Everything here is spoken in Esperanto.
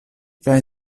kaj